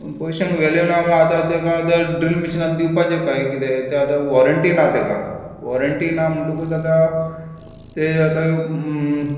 पोयश्यांक value ना म्हणटल्यार आतां ड्रिलींग मशिनाक दिवपाचे काय कितें तें आतां वॉरिंटी ना ताका वॉरिंटी ना म्हणटकूच आतां तें आतां उमम